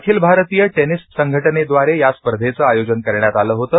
अखिल भारतीय टेनिस संघटनेद्वारे या स्पर्धेचं आयोजन करण्यात आलं होतं